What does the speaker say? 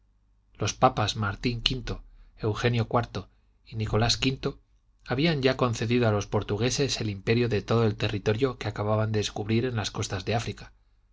los papas martín v eugenio iv y nicolás v habían ya concedido a los portugueses el imperio de todo el territorio que acababan de descubrir en las costas de áfrica